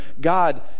God